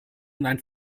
und